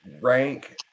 rank